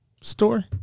story